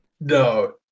No